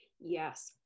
Yes